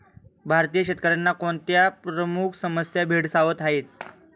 भारतीय शेतकऱ्यांना कोणत्या प्रमुख समस्या भेडसावत आहेत?